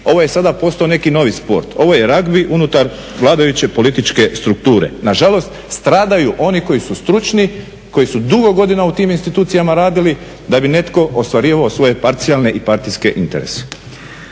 ovo je sada postao neki novi sport, ovo je ragbi unutar vladajuće političke strukture. Nažalost, stradaju oni koji su stručni, koji su dugo godina u tim institucijama radili da bi netko ostvarivao svoje parcijalne i partijske interese.